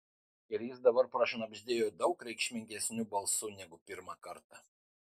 ir jis dabar prašnabždėjo daug reikšmingesniu balsu negu pirmą kartą